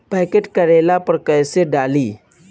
Pocket करेला पर कैसे डाली?